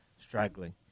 struggling